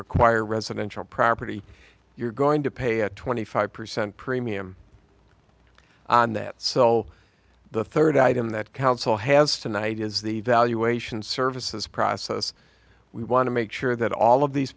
acquire residential property you're going to pay a twenty five percent premium on that cell the third item that council has tonight is the valuation services process we want to make sure that all of these